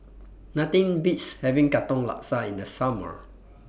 Nothing Beats having Katong Laksa in The Summer